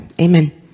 amen